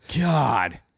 God